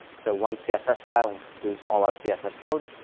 so one css file includes all our css code,